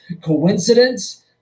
coincidence